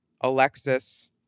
Alexis